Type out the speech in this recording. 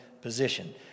position